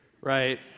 right